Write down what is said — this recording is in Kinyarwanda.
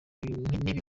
n’ibigo